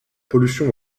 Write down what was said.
pollution